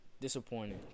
disappointing